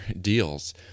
deals